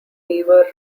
beaver